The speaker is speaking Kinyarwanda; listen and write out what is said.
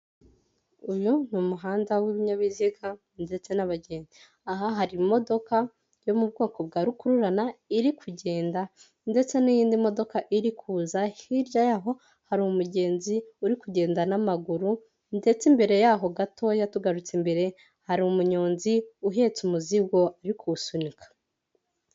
Uyu ni umuhanda w'ibinyabiziga ndetse n'abageni, aha hari imodoka yo mu bwoko bwa rukururana iri kugenda ndetse n'iyindi modoka iri kuza, hirya yaho hari umugenzi uri kugenda n'amaguru ndetse imbere yaho gato tugarutse mbere hari umunyonzi uhetse umuzigo uri kuwusunika.